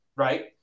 Right